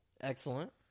Excellent